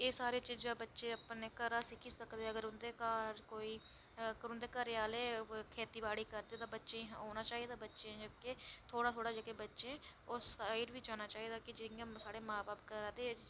एह् सारें चीजां बच्चे अपने घरा सिक्खी सकदे अगर उंदे घर कोई अगर उंदे घरेआह्ले खेती बाड़ी करदे तां बच्चें औना चाहिदा बच्चें थोह्ड़ा थोह्ड़ा जेह्का बच्चें इस साइड बी जाना चाहिदा कि जि'यां साढ़े मां बब्ब करा दे